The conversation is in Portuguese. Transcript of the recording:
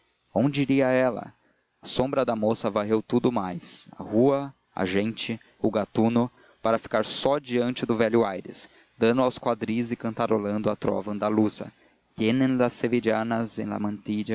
onde iria ela a sombra da moça varreu tudo o mais a rua a gente o gatuno para ficar só diante do velho aires dando aos quadris e cantarolando a trova